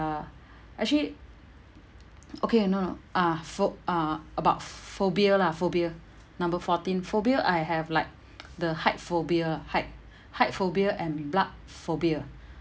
actually okay no no uh pho~ uh about phobia lah phobia number fourteen phobia I have like the height phobia height height phobia and blood phobia